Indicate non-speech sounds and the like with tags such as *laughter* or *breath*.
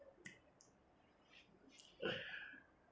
*breath*